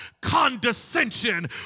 condescension